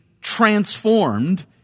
transformed